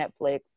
Netflix